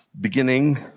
beginning